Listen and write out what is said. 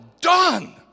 done